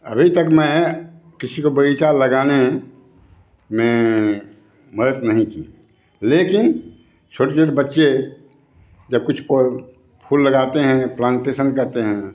अभी तक मैं किसी को बग़ीचा लगाने में मदद नहीं की लेकिन छोटे छोटे बच्चे जब कुछ फूल लगाते हैं प्लांटेसन करते हैं